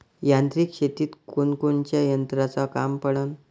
यांत्रिक शेतीत कोनकोनच्या यंत्राचं काम पडन?